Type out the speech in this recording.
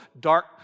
dark